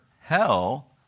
hell